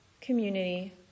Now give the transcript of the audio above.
community